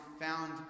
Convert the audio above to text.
found